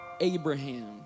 Abraham